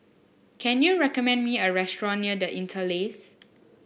can you recommend me a restaurant near The Interlace